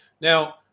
now